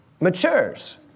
matures